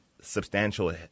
substantial